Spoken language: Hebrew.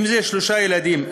אם שלושה ילדים,